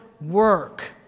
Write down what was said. work